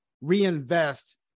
reinvest